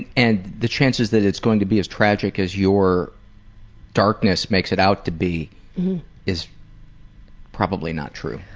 and the chances that it's going to be as tragic as your darkness makes it out to be is probably not true.